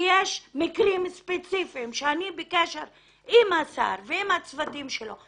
יש מקרים ספציפיים שאני בקשר עם השר ועם הצוותים שלו.